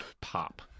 pop